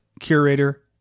curator